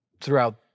Throughout